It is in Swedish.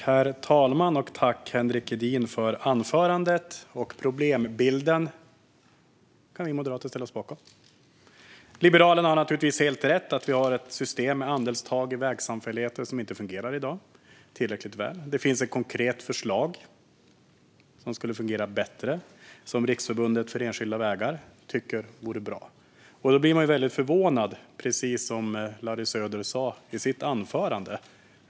Herr talman! Tack, Henrik Edin, för anförandet! Problembilden kan vi moderater ställa oss bakom. Liberalerna har naturligtvis helt rätt i att systemet med andelstal i vägsamfälligheter inte fungerar tillräckligt väl i dag. Det finns ett konkret förslag som skulle fungera bättre, som Riksförbundet Enskilda Vägar tycker vore bra. Precis som Larry Söder sa i sitt anförande blir man förvånad.